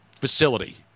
facility